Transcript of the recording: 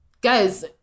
guys